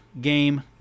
game